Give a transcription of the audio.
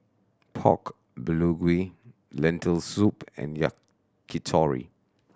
Pork Bulgogi Lentil Soup and Yakitori